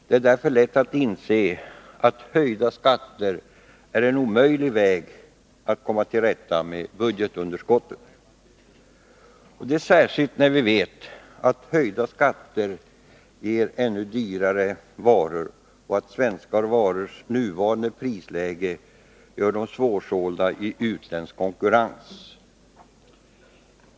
Det är därför lätt att inse att höjda skatter är en omöjlig väg för att komma till rätta med budgetunderskottet, särskilt som vi vet att höjda skatter ger ännu dyrare varor och att svenska varor med nuvarande prisläge blir svårsålda i utländsk konkurrens. "